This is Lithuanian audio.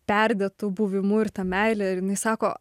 perdėtu buvimu ir ta meile ir jinai sako